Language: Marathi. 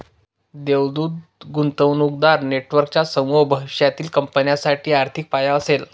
देवदूत गुंतवणूकदार नेटवर्कचा समूह भविष्यातील कंपन्यांसाठी आर्थिक पाया असेल